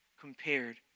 compared